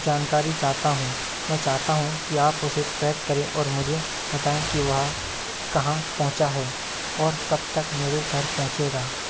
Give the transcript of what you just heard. जानकारी चाहता हूँ मैं चाहता हूँ कि आप उसे ट्रैक करें और मुझे बताएँ कि वह कहाँ पहुँचा है और कब तक मेरे घर पहुँचेगा